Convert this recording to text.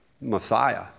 Messiah